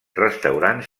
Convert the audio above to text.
restaurant